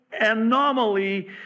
anomaly